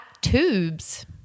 Tubes